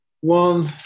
one